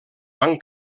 van